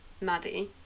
Maddie